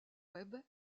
web